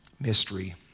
mystery